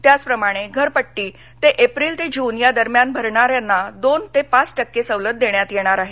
त्याचप्रमाणे घरपट्टी एप्रिल ते जून दरम्यान भरणाऱ्यांना दोन ते पाच टक्के सवलत देण्यात येणार आहे